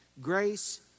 Grace